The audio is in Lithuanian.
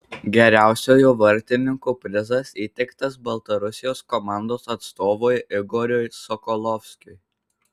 geriausiojo vartininko prizas įteiktas baltarusijos komandos atstovui igoriui sokolovskiui